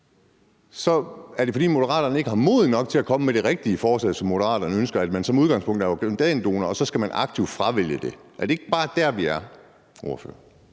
Så er det, fordi Moderaterne ikke har mod nok til at komme med det rigtige forslag, som Moderaterne ønsker, nemlig at man som udgangspunkt er organdonor og man så aktivt skal fravælge det? Er det ikke bare der, vi er, ordfører?